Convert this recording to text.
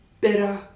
better